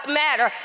matter